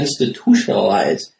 institutionalize